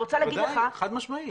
וודאי, חד משמעתית.